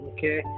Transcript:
Okay